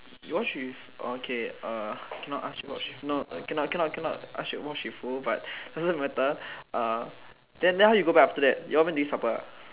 you watch with orh okay uh cannot ask you watch no cannot cannot cannot ask you watch with who but doesn't matter uh then then how you go back after that you all went to eat supper ah